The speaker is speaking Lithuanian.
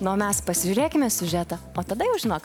na o mes pasižiūrėkime siužetą o tada jau žinok